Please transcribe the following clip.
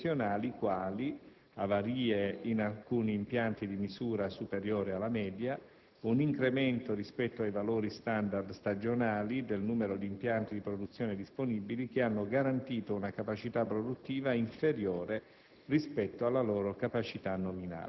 a cui si sono aggiunti eventi eccezionali quali avarie di alcuni impianti in misura superiore alla media ed un incremento, rispetto ai valori *standard* stagionali, del numero di impianti di produzione disponibili che hanno garantito una capacità produttiva inferiore